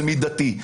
זה מידתי.